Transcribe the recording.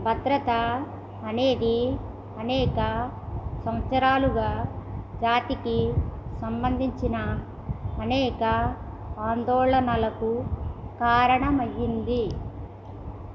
భద్రత అనేది అనేక సంవత్సరాలుగా జాతికి సంబంధించిన అనేక ఆందోళనలకు కారణమైంది